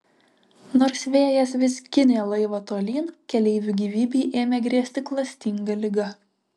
nors vėjas vis ginė laivą tolyn keleivių gyvybei ėmė grėsti klastinga liga